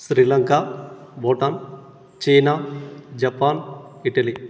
Sri Lanka Bhutan China Japan Italy